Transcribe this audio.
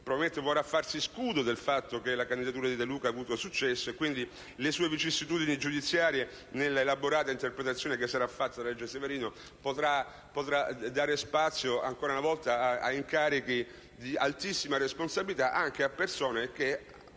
probabilmente vorrà farsi scudo del fatto che la sua candidatura ha avuto successo nonostante le sue vicissitudini giudiziarie. Quindi, l'elaborata interpretazione che sarà fatta della legge Severino potrà dare spazio, ancora una volta, ad incarichi di altissima responsabilità anche per persone che,